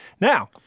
Now